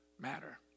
matter